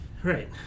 right